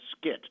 skit